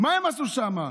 מה הם עשו שם?